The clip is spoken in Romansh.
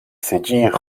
segir